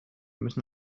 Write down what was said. müssen